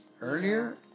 Earlier